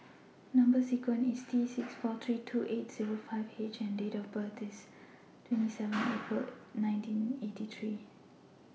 Number sequence IS T six four three two eight Zero five H and Date of birth IS twenty seven April nineteen eighty three